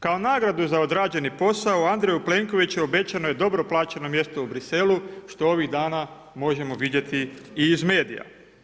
Kao nagradu za odrađeni posao Andreju Plenkoviću obećano je dobro plaćeno mjesto u Briselu što ovih dana možemo vidjeti i iz medija.